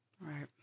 right